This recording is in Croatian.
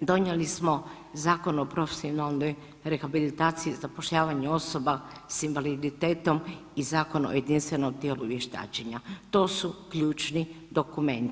donijeli smo Zakon o profesionalnoj rehabilitaciji i zapošljavanju osoba s invaliditetom i Zakon o jedinstvenom tijelu vještačenja, to su ključni dokumenti.